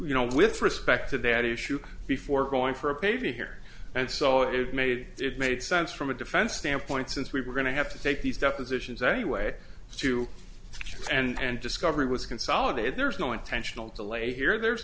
you know with respect to that issue before going for a baby here and so it made it made sense from a defense standpoint since we were going to have to take these depositions anyway to try and discovery was consolidated there's no intentional delay here there's